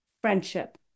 friendship